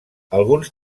alguns